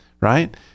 right